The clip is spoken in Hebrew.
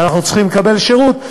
ואנחנו צריכים לקבל שירות.